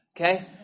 Okay